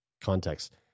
context